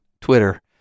Twitter